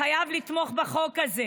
חייב לתמוך בחוק שלי.